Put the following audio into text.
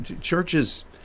churches